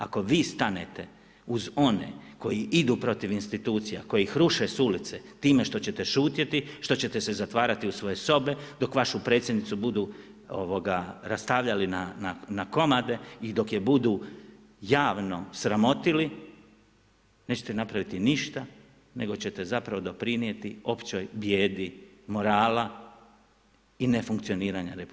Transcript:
Ako vi stanete uz one koji idu protiv institucija, koji ih ruše s ulice time što ćete šutjeti, što ćete se zatvarati u svoje sobe dok vašu predsjednicu budu rastavljali na komade i dok je budu javno sramotili, nećete napraviti ništa nego ćete doprinijeti općoj bijedi morala i ne funkcioniranja RH.